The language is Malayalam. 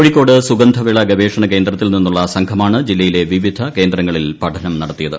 കോഴിക്കോട് സുഗന്ധവിള ഗവേഷ്ണ് കേന്ദ്രത്തിൽ നിന്നുള്ള സംഘമാണ് ജില്ലയിലെ ബിവീസ് കേന്ദ്രങ്ങളിൽ പഠനം നടത്തിയത്